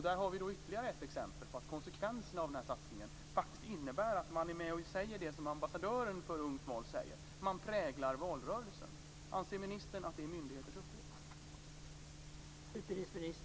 Där har vi ytterligare ett exempel på att konsekvenserna av den här satsningen faktiskt innebär att man, som ambassadören för Ungt val säger, är med och präglar valrörelsen. Anser ministern att det är myndigheters uppgift?